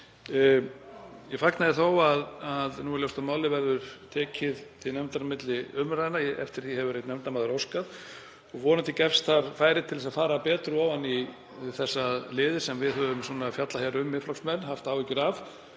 Ég fagna því þó að nú er ljóst að málið verður tekið til nefndar milli umræðna, eftir því hefur einn nefndarmaður óskað. Vonandi gefst tækifæri til þess að fara betur ofan í þá liði sem við höfum fjallað hér um, Miðflokksmenn, og haft áhyggjur af.